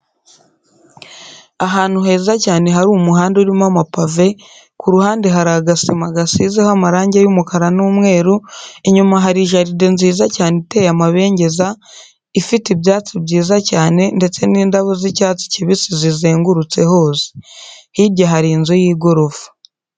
Ahantu heza cyane hari umuhanda urimo amapave, ku ruhande hari agasima gasizeho amarange y'umukara n'umweru, inyuma hari jaride nziza cyane iteye amabengeza, ifte ibyatsi byiza cyane ndetse n'indabo z'icyatsi kibisi zizengurutse hose. Hirya hari inzu y'igorofa.